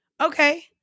Okay